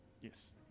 Yes